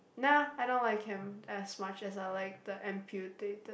nah I don't like him as much as I like the amputated